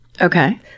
Okay